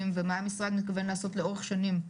ומה המשרד מתכוון לעשות לאורך שנים.